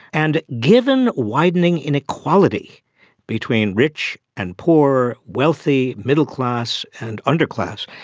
and given widening inequality between rich and poor, wealthy, middle-class and underclass,